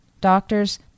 doctors